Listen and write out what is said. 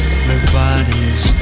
Everybody's